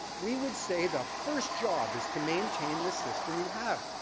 we would say the first job is to maintain the system you have.